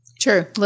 Sure